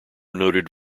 noted